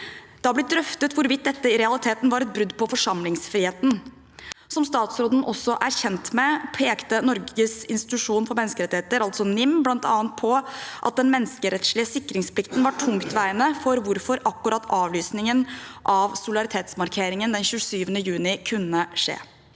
Det har blitt drøftet hvorvidt dette i realiteten var et brudd på forsamlingsfriheten. Som statsråden også er kjent med, pekte Norges institusjon for menneskerettigheter, NIM, bl.a. på at statens menneskerettslige sikringsplikt var tungtveiende for hvorfor akkurat avlysningen av solidaritetsmarkeringen den 27. juni kunne skje.